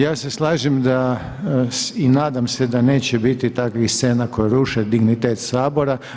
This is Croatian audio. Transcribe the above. Ja se slažem da i nadam se da neće biti takvih scena koje ruše dignitet Sabora.